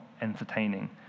entertaining